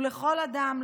ולכל בן אדם,